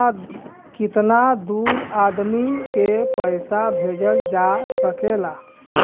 कितना दूर आदमी के पैसा भेजल जा सकला?